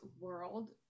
world